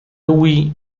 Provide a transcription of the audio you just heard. wii